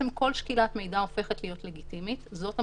כל שקילת מידע הופכת להיות לגיטימית זאת המשמעות,